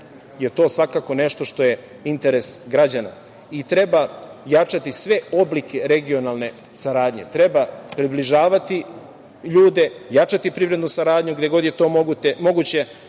je to svakako nešto što je interes građana i treba jačati sve oblike regionalne saradnje. Treba približavati ljude, jačati privrednu saradnju, gde god je to moguće.